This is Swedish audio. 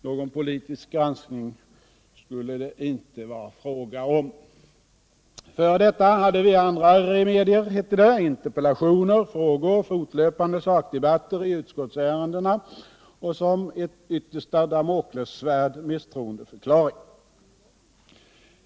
Någon politisk granskning var det inte fråga om. För detta hade vi andra remedier, hette det, interpellationer, frågor, fortlöpande sakdebatter i utskottsärenden och som ett yttersta damoklessvärd misstroendeförklaring.